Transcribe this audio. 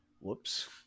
whoops